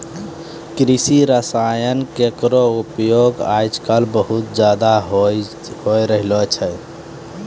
कृषि रसायन केरो उपयोग आजकल बहुत ज़्यादा होय रहलो छै